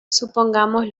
supongamos